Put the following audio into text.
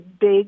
big